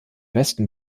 westen